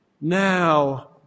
Now